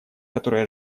которых